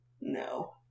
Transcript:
No